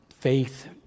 faith